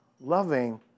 loving